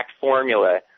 formula